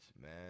Man